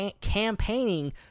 campaigning